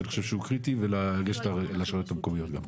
שאני חושב קריטי ולרשויות המקומיות.